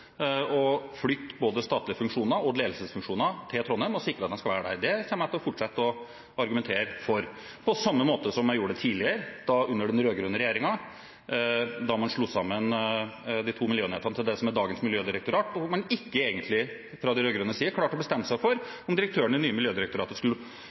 å flytte både statlige funksjoner og ledelsesfunksjoner til Trondheim og sikre at de skal være der. Det kommer jeg til å fortsette å argumentere for, på samme måte som jeg gjorde tidligere, under den rød-grønne regjeringen, da man slo sammen de to miljøenhetene til det som er dagens miljødirektorat, og man fra de rød-grønnes side egentlig ikke klarte å bestemme seg for om direktøren i det nye Miljødirektoratet skulle